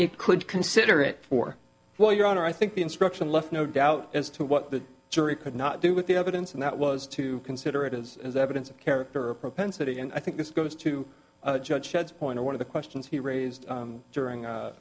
it could consider it for well your honor i think the instruction left no doubt as to what the jury could not do with the evidence and that was to consider it as as evidence of character or propensity and i think this goes to the judge should point to one of the questions he raised during